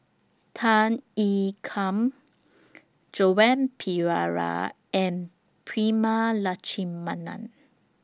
Tan Ean Kiam Joan Pereira and Prema Letchumanan